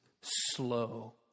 slow